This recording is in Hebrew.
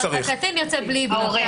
הקטין יוצא בלי בדיקה, ההורה